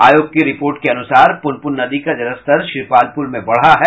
आयोग की रिपोर्ट के अनुसार पुनपुन नदी का जलस्तर श्रीपालपुर में बढ़ा है